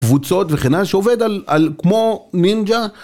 קבוצות וכן הלאה שעובד על כמו נינג'ה